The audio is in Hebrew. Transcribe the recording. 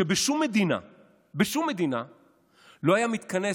שבשום מדינה לא היה מתכנס